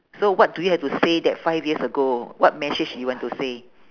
so what do you have to say that five years ago what message you want to say